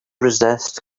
resist